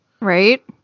Right